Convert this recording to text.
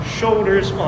shoulders